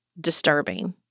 disturbing